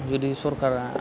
गोदो सरकारा